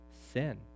sin